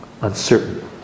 uncertain